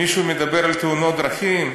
מישהו מדבר על תאונות דרכים?